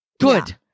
good